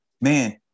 man